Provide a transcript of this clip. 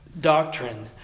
doctrine